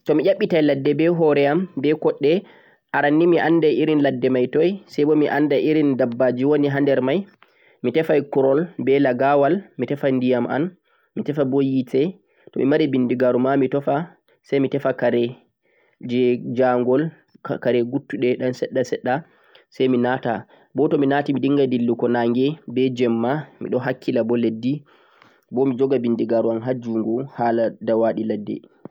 Tomi yabɓe tai ladde be hore'am be koɗɗe, aran nii mi andai irin ladde mai toi saibo mi anda irin dabbaji woni nander ladde mai, me tefan kurol be lagawal, me tefan ndiyam am be yeete tomi mari bindigaru ma sai mi tefa kare je njagol kare guttuɗe sheɗɗa-sheɗɗa sai mi nata, to mi natibo mi dingai dillugo nannge be jemma midon hakkila bo mi jogai bindigaru ha njungo hala dawaɗe ladde.